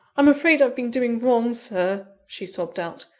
i'm afraid i've been doing wrong, sir, she sobbed out,